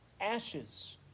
ashes